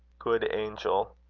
good angel.